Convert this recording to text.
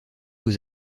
aux